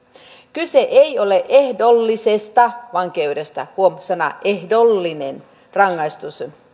kyse ei ole ehdollisesta vankeudesta huom sana ehdollinen